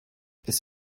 it’s